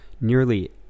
nearly